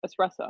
espresso